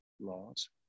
laws